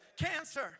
cancer